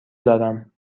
دارم